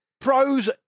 Pros